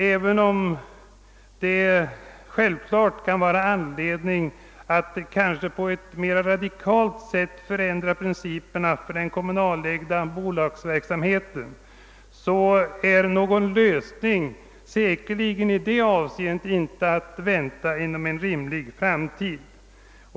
även om det naturligtvis kan finnas anledning att på ett mera radikalt sätt förändra principerna för den kommunala bolagsverksamheten, är någon lösning i detta avseende sannolikt inte att vänta inom en överskådlig framtid.